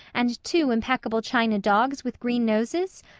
and two impeccable china dogs with green noses?